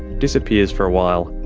disappears for a while,